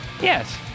Yes